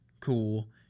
cool